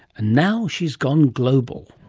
and now she's gone global.